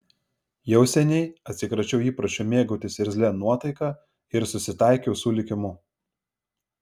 jau seniai atsikračiau įpročio mėgautis irzlia nuotaika ir susitaikiau su likimu